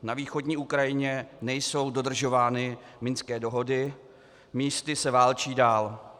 Na východní Ukrajině nejsou dodržovány minské dohody, místy se válčí dál.